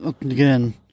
Again